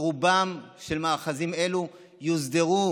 שרוב המאחזים האלה יוסדרו,